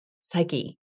psyche